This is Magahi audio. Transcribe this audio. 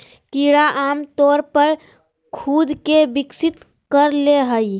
कीड़ा आमतौर पर खुद के विकसित कर ले हइ